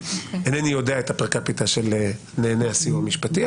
אינני יודע את הפר קפיטה של נהני הסיוע המשפטי,